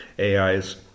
AIs